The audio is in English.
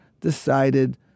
decided